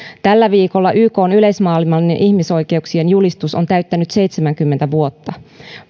tällä viikolla ykn yleismaailmallinen ihmisoikeuksien julistus on täyttänyt seitsemänkymmentä vuotta